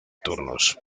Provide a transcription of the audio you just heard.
turnos